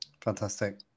Fantastic